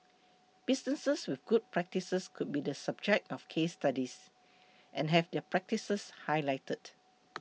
businesses with good practices could be the subject of case studies and have their practices highlighted